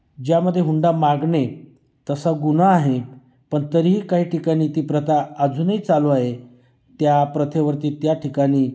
ज्यामध्ये हुंडा मागणे तसा गुन्हा आहे पण तरीही काही ठिकाणी ती प्रथा अजूनही चालू आहे त्या प्रथेवरती त्या ठिकाणी